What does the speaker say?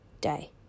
day